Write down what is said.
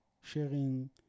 sharing